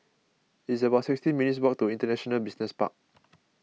it's about sixteen minutes' walk to International Business Park